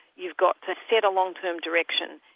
you've got to set a long-term direction.